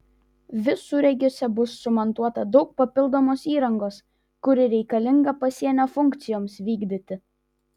visureigiuose bus sumontuota daug papildomos įrangos kuri reikalinga pasienio funkcijoms vykdyti